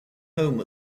home